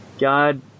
God